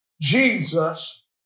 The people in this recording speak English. Jesus